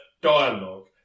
dialogue